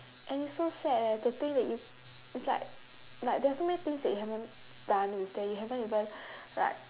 and it's so sad eh to think that you it's like like there are so many things that you haven't done with them you haven't even like